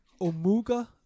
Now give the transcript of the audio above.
Omuga